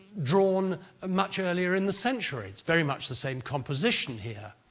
drawn much earlier in the century, it's very much the same composition here.